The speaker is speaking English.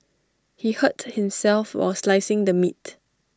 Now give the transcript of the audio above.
he hurt himself while slicing the meat